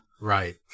Right